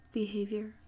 behavior